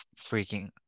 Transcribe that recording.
freaking